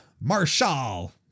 marshall